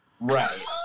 Right